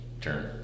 turn